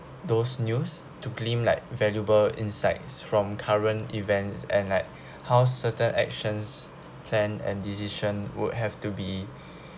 those news to gleam like valuable insights from current events and like how certain actions plan and decision would have to be